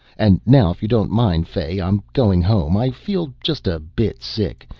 and now if you don't mind, fay, i'm goin' home. i feel just a bit sick.